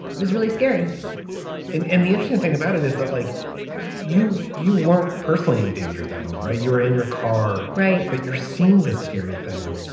it was really scary and the interesting thing about it is that like you you weren't personally in danger that moment right. you were in your car right. but you're seeing this scary thing.